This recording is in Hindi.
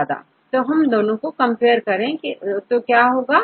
अब हम इन दो को कंपेयर करें तो क्या होगा